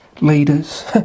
leaders